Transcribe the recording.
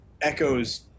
echoes